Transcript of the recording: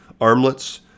armlets